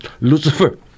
Lucifer